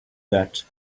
that